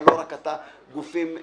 אבל לא רק אתה, גם גופים נוספים.